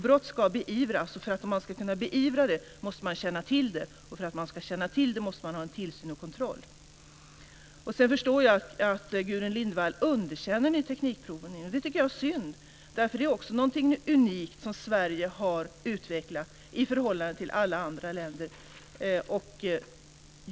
Brott ska beivras, och för att man ska kunna beivra brott måste man känna till det. Och för att man ska känna till det måste man ha tillsyn och kontroll. Sedan förstår jag att Gudrun Lindvall underkänner teknikprovningen. Det tycker jag är synd. Det är också någonting unikt som Sverige har utvecklat i förhållande till alla andra länder.